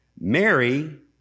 Mary